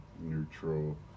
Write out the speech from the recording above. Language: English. neutral